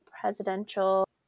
presidential